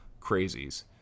crazies